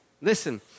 Listen